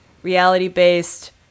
reality-based